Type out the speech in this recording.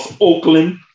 Oakland